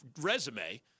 resume